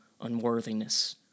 unworthiness